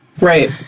Right